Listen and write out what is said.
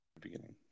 beginning